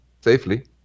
safely